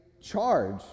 charge